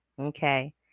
okay